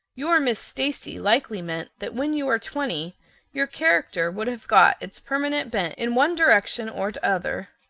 your miss stacy likely meant that when you are twenty your character would have got its permanent bent in one direction or tother,